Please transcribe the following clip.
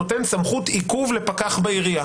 שנותן סמכות עיכוב לפקח בעירייה,